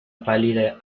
pálida